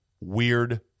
Weird